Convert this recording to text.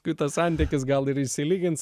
kitas santykis gal ir išsilygins